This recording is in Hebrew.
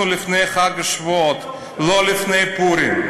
אנחנו לפני חג השבועות, לא לפני פורים.